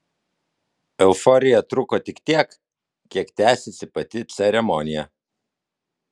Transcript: euforija truko tik tiek kiek tęsėsi pati ceremonija